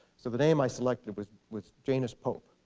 so the name i selected was was janus pope.